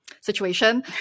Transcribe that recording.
situation